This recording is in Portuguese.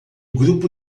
grupo